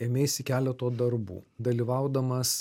ėmeisi keleto darbų dalyvaudamas